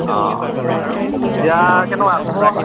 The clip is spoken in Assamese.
অঁ এতিয়া কেনেকুৱা খবৰ